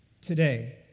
today